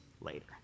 later